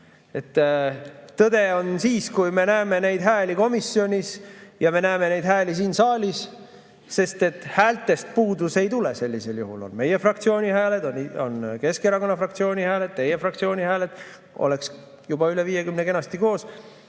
Tõde selgub siis, kui me näeme neid hääli komisjonis ja me näeme neid hääli siin saalis, sest häältest puudus ei tule sellisel juhul – on meie fraktsiooni hääled, on Keskerakonna fraktsiooni hääled, on teie fraktsiooni hääled, oleks juba üle 50 kenasti koos. Aga